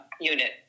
unit